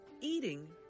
Eating